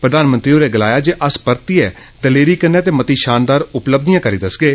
प्रधानमंत्री होरें गलाया जे अस परतिए दलेरी कन्नै ते मती शानदार उपलब्धियां करी दस्सगे